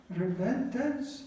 repentance